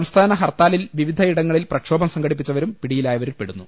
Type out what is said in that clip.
സംസ്ഥാന ഹർത്താലിൽ വിവിധ ഇടങ്ങളിൽ പ്രക്ഷോഭം സംഘടിപ്പിച്ചവരും പിടിയിലായവരിൽപെടുന്നു